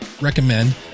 recommend